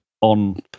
on